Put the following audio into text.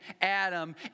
Adam